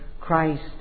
Christ